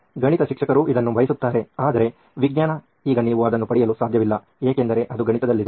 ಗಣಿತ ಶಿಕ್ಷಕರು ಇದನ್ನು ಬಯಸುತ್ತಾರೆ ಆದರೆ ವಿಜ್ಞಾನ ಈಗ ನೀವು ಅದನ್ನು ಪಡೆಯಲು ಸಾಧ್ಯವಿಲ್ಲ ಏಕೆಂದರೆ ಅದು ಗಣಿತದಲ್ಲಿದೆ